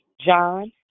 John